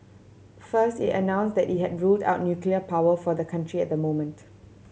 first it announced that it had ruled out nuclear power for the country at the moment